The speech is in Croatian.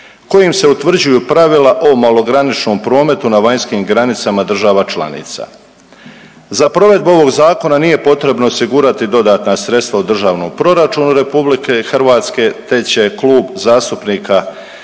kojim se utvrđuju pravila o malograničnom prometu na vanjskim granicama država članica. Za provedbu ovog zakona nije potrebno osigurati dodatna sredstva u Državnom proračunu RH, te će Klub zastupnika